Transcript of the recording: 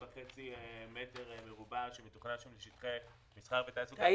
מיליון מטר מרובע שמתוכנן שם לשטחי מסחר ותעסוקה.